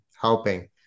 helping